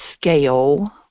scale